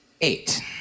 eight